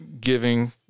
giving